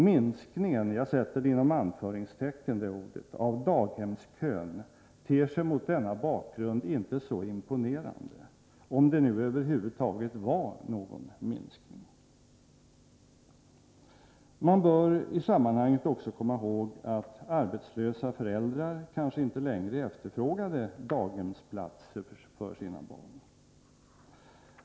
”Minskningen” av daghemskön ter sig mot denna bakgrund inte så imponerande — om det nu över huvud taget var någon minskning! Man bör i sammanhanget också komma ihåg att arbetslösa föräldrar kanske inte längre efterfrågade daghemsplats för sina barn.